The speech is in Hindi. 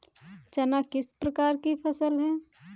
चना किस प्रकार की फसल है?